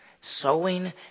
Sowing